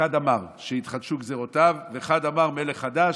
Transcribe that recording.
אחד אמר ש"התחדשו גזרותיו" ואחד אמר "מלך חדש".